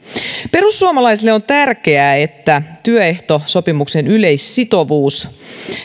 perussuomalaisille on tärkeää että työehtosopimuksen yleissitovuus